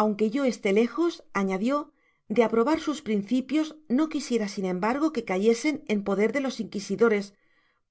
aunque vo esté lejos añadió de aprobar sus principios no quisiera sin embargo que cayese en poder de los inquisidores